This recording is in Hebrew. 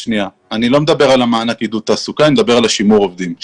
אני לא מדבר על מענק עידוד תעסוקה אלא על שימור עובדים.